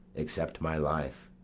except my life,